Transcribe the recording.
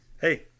hey